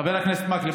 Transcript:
חבר הכנסת מקלב,